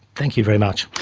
thank you very much.